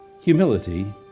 humility